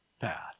path